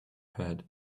pad